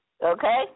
Okay